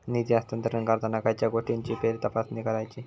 निधी हस्तांतरण करताना खयच्या गोष्टींची फेरतपासणी करायची?